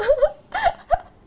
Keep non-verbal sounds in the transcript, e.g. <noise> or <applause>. <laughs>